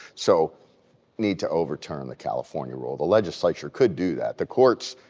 so need to overturn the california rule, the legislature could do that, the courts,